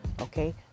Okay